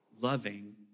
loving